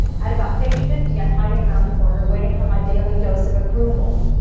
at about page fifty, i'm hiding around the corner, waiting for my daily dose of approval.